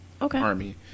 Army